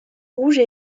rouge